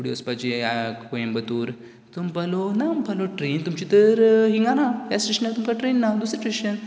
फुडें वसपाची ह्या कोयंबतूर तो म्हणपालो ना म्हणपालो ट्रेन तुमची तर हिंगा ना ह्या स्टेशनार तुमकां ट्रेन ना दुसरें स्टेशन